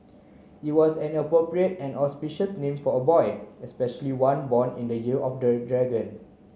it was an appropriate and auspicious name for a boy especially one born in the year of the dragon